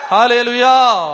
Hallelujah